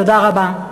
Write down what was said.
תודה רבה.